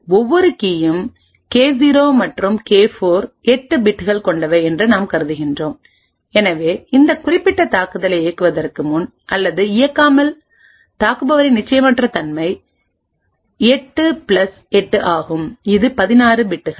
ஒவ்வொரு கீயும் கே0 மற்றும் கே4 8 பிட்கள் கொண்டவை என்று நாம் கருதுகிறோம் எனவே இந்த குறிப்பிட்ட தாக்குதலை இயக்குவதற்கு முன் அல்லது இயக்காமல் தாக்குபவரின் நிச்சயமற்ற தன்மை 8 பிளஸ் 8 ஆகும் இது 16 பிட்கள்